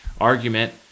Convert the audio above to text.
argument